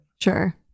sure